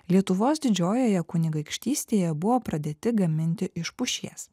lietuvos didžiojoje kunigaikštystėje buvo pradėti gaminti iš pušies